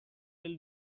will